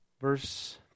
Verse